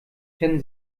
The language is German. kennen